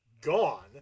gone